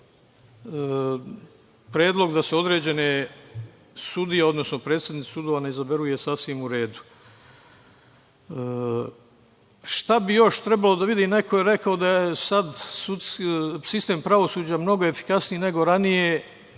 Predlog da se određene sudije, odnosno predsednici sudova ne izaberu je sasvim u redu. Šta bi još trebalo da se vidi? Neko je rekao da je sad sistem pravosuđa mnogo efikasniji nego ranije.